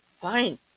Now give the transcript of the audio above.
Fine